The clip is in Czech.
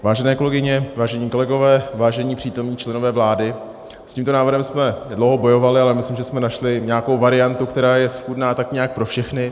Vážené kolegyně, vážení kolegové, vážení přítomní členové vlády, s tímto návrhem jsme dlouho bojovali, ale myslím, že jsme našli nějakou variantu, která je schůdná tak nějak pro všechny.